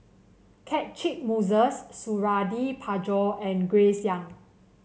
Catchick Moses Suradi Parjo and Grace Young